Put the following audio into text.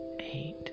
Eight